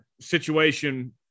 situation